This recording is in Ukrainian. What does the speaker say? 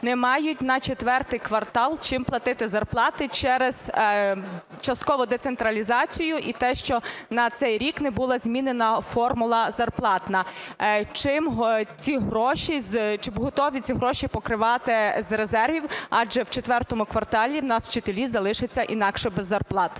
не мають на IV квартал чим платити зарплати через часткову децентралізацію і те, що на цей рік не була змінена формула зарплатна. Чи готові ці гроші покривати з резервів, адже у IV кварталі у нас вчителі залишаться інакше без зарплат?